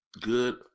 Good